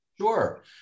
Sure